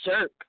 Jerk